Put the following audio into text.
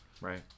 Right